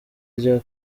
rya